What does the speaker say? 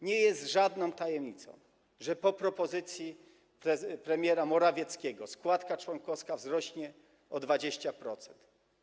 Nie jest żadną tajemnicą, że po propozycji premiera Morawieckiego składka członkowska wzrośnie o 20%.